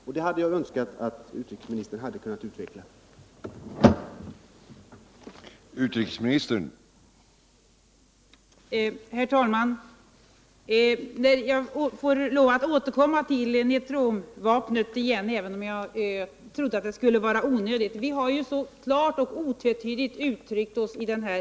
Jag hade önskat att utrikesministern kunnat utveckla detta.